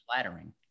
flattering